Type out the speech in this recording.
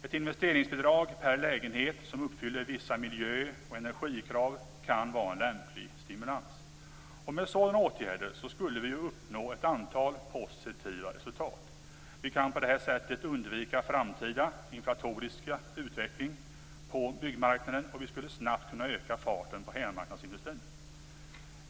Ett investeringsbidrag per lägenhet, som uppfyller vissa miljö och energikrav, kan vara lämplig stimulans. Med sådana åtgärder skulle vi uppnå ett antal positiva resultat: Vi kan på detta sätt undvika framtida inflatorisk utveckling på byggmarknaden, och vi skulle snabbt öka farten i hemmamarknadsindustrin.